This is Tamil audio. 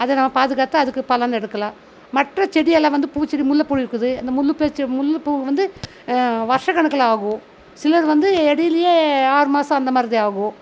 அதை நம் பாதுகாத்து அதுக்கு பலன் எடுக்கலாம் மற்ற செடியெல்லாம் வந்து பூச்செடி முல்லைப்பூ இருக்குது அந்த முல்லைப்பூ முல்லைப்பூ வந்து வருஷக்கணக்கில் ஆகும் சிலது வந்து இடையிலையே ஆறு மாதம் அந்த மாதிரிதான் ஆகும்